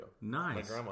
Nice